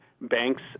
banks